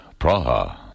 Praha